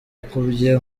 ukubye